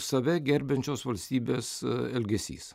save gerbiančios valstybės elgesys